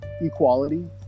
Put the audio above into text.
equality